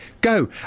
go